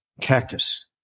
cactus